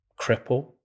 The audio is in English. cripple